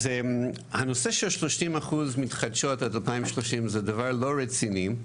הנושא של 30% מתחדשות עד 2030 הוא דבר לא רציני.